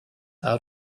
out